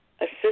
assist